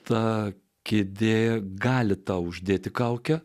ta kėdė gali tau uždėti kaukę